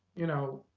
you know,